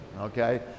okay